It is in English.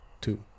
two